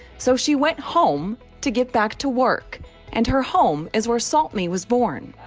so she went home to get back to work and her home is where salt me was born.